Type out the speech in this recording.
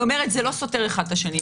זה לא סותר אחד את השני.